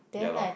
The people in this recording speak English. ya lor